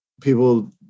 People